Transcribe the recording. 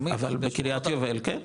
אבל בקריית יובל, כן.